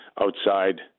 outside